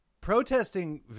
Protesting